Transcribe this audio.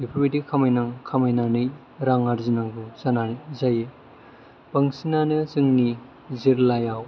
बेफोरबादि खामायनानै रां आरजिनांगौ जानांगौ जायो बांसिनानो जोंनि जिल्लायाव